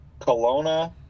Kelowna